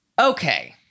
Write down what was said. Okay